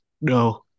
No